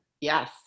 Yes